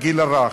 בגיל הרך,